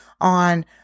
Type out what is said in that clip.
on